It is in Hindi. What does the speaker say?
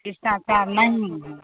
शिष्टाचार नहीं है